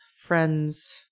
friends